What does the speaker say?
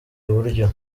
iburyo